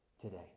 today